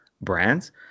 brands